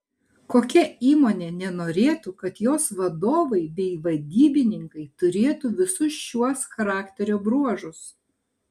kokia įmonė nenorėtų kad jos vadovai bei vadybininkai turėtų visus šiuos charakterio bruožus